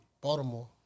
Baltimore